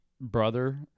Brother